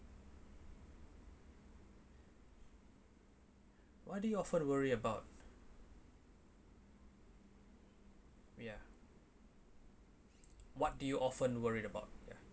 what do you often worry about ya what do you often worry about ya